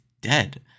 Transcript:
dead